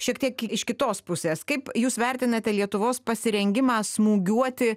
šiek tiek iš kitos pusės kaip jūs vertinate lietuvos pasirengimą smūgiuoti